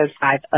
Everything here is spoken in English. five